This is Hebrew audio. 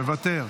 מוותר,